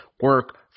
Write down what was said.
Work